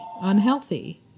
unhealthy